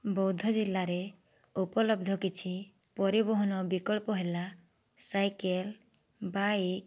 ବୌଦ୍ଧ ଜିଲ୍ଲାରେ ଉପଲବ୍ଧ କିଛି ପରିବହନ ବିକଳ୍ପ ହେଲା ସାଇକେଲ ବାଇକ୍